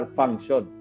function